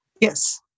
Yes